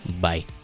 bye